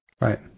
Right